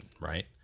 right